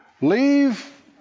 leave